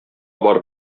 барып